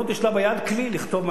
הם דנו בחוק.